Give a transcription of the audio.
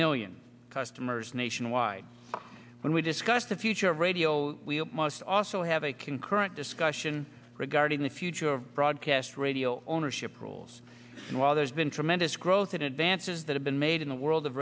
million customers nationwide when we discuss the future of radio we must also have a concurrent discussion regarding the future of broadcast radio ownership rules and while there's been tremendous growth in advances that have been made in the world